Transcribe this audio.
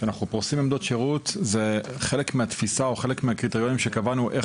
אנחנו עושים פה עמדות שירות וחלק מהתפיסה והקביעה של הקריטריונים איך